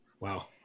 Wow